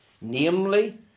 namely